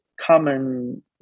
common